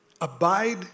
Abide